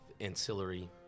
ancillary